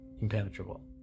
impenetrable